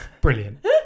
Brilliant